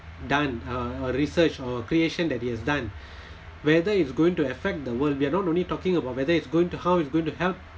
done or research or creation that he has done whether it's going to affect the world we are not only talking about whether it's going to how is going to help